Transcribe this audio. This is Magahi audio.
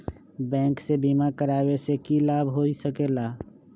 बैंक से बिमा करावे से की लाभ होई सकेला?